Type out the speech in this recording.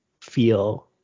feel